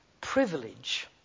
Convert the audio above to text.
privilege